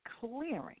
Clearing